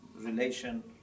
relation